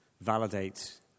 validate